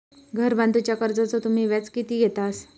घर बांधूच्या कर्जाचो तुम्ही व्याज किती घेतास?